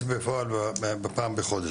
סעיף.